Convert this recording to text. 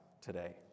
today